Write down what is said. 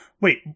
Wait